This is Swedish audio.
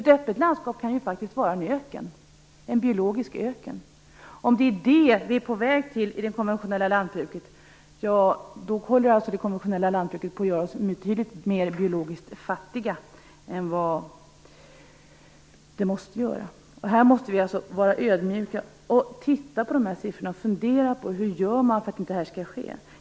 Ett öppet landskap kan ju faktiskt vara en öken - en biologisk öken. Om det är det som vi är på väg mot inom det konventionella lantbruket - då håller det konventionella lantbruket på att göra oss betydligt mer biologiskt fattiga än vad vi måste vara. Vi måste alltså vara ödmjuka, titta på siffrorna och fundera på hur man gör för att det här inte skall ske.